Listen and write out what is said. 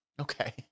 Okay